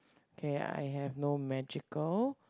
K I have no magical